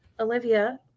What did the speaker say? Olivia